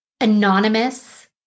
anonymous